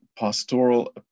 Pastoral